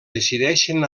decideixen